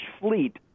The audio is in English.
fleet